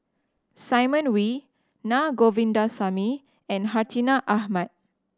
Simon Wee Na Govindasamy and Hartinah Ahmad